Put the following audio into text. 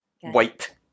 white